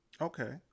Okay